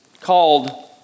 called